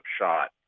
shot